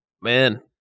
man